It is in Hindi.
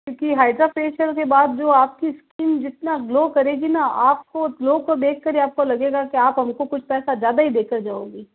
क्योंकि हाइड्रा फेशियल के बाद जो आपकी स्कीन जितना ग्लो करेगी न आपको ग्लो को देख कर ही आपको लगेगा कि आप हमको कुछ पैसा ज़्यादा ही देकर जाओगी